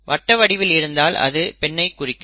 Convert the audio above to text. வட்ட வடிவம் இருந்தால் அது பெண்ணைக் குறிக்கும்